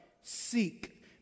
Seek